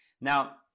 Now